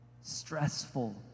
Stressful